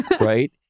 right